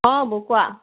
অঁ বৌ কোৱা